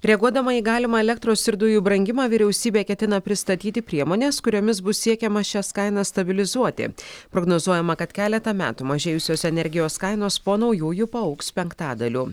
reaguodama į galimą elektros ir dujų brangimą vyriausybė ketina pristatyti priemones kuriomis bus siekiama šias kainas stabilizuoti prognozuojama kad keletą metų mažėjusios energijos kainos po naujųjų paaugs penktadaliu